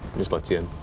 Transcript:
just lets you